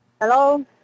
Hello